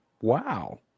Wow